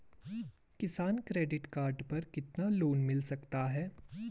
किसान credit card पर कितना लोंन मिल सकता है?